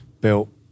built